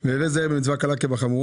האדם./ והווי זהיר במצוה קלה כבחמורה,